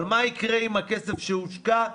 מה יקרה עם הכסף שהושקע?